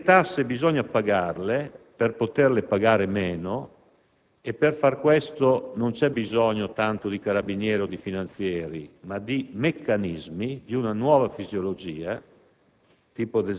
Le tasse bisogna pagarle per poterne pagare meno e per far questo non c'è bisogno tanto di carabinieri o finanzieri, ma di meccanismi, di una nuova fisiologia,